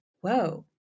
whoa